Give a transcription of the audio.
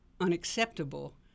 unacceptable